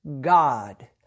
God